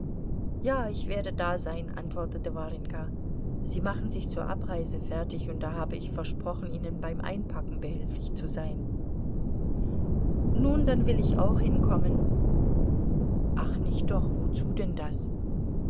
ja ich werde da sein antwortete warjenka sie machen sich zur abreise fertig und da habe ich versprochen ihnen beim einpacken behilflich zu sein nun dann will ich auch hinkommen ach nicht doch wozu denn das